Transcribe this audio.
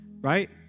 right